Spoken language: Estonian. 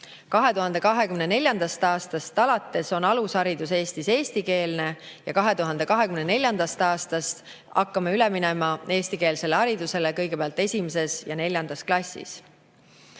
2024. aastast alates on alusharidus Eestis eestikeelne ja 2024. aastast hakkame üle minema eestikeelsele haridusele, kõigepealt esimeses ja neljandas klassis.